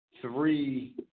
three